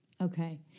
okay